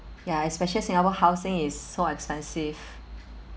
ya especially singapore housing is so expensive